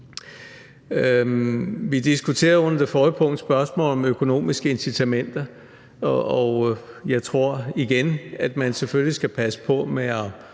Vi diskuterede under det forrige punkt spørgsmålet om økonomiske incitamenter, og igen vil jeg sige, at jeg tror, at man selvfølgelig skal passe på med at